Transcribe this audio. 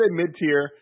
mid-tier